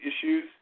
issues